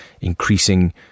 increasing